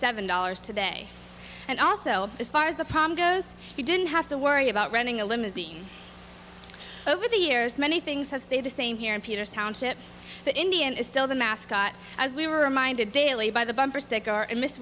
seven dollars today and also as far as the problem goes he didn't have to worry about running a limousine over the years many things have stayed the same here in peter's township the indian is still the mascot as we were reminded daily by the bumper sticker and mis